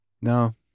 no